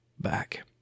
back